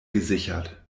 gesichert